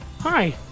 Hi